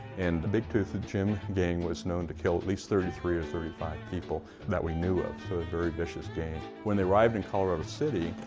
and big tooth jim gang was known kill at least thirty three or thirty five people that we knew of. so a very vicious gang. when they arrived in colorado city,